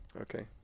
Okay